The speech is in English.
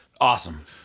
Awesome